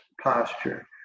posture